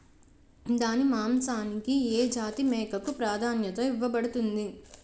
దాని మాంసానికి ఏ జాతి మేకకు ప్రాధాన్యత ఇవ్వబడుతుంది?